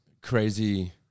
crazy